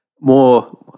more